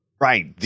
Right